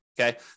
okay